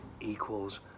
equals